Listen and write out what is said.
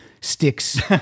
sticks